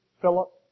Philip